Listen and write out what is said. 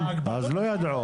אז לא ידעו.